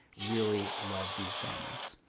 really love these garments.